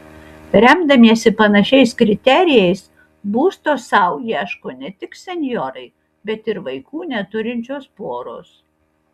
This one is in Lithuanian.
remdamiesi panašiais kriterijais būsto sau ieško ne tik senjorai bet ir vaikų neturinčios poros